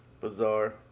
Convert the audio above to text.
Bizarre